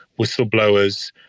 whistleblowers